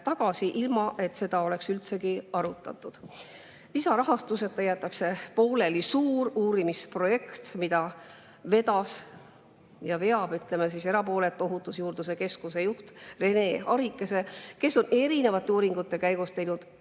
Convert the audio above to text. tagasi, ilma et seda oleks üldsegi arutatud. Lisarahastuseta jäetakse pooleli suur uurimisprojekt, mida vedas ja, ütleme, veab erapooletu Ohutusjuurdluse Keskuse juht Rene Arikas, kes on uuringute käigus teinud